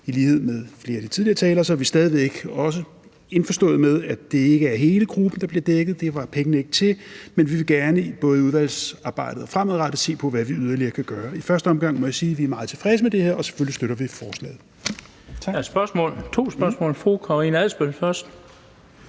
I lighed med de tidligere talere er vi også indforstået med, at det ikke er hele gruppen, der bliver dækket, for det var pengene ikke til, men vi vil gerne både i udvalgsarbejdet og fremadrettet se på, hvad vi yderligere kan gøre. I første omgang må jeg sige, at vi er meget tilfredse med det her, og vi støtter selvfølgelig forslaget. Kl. 15:32 Den fg.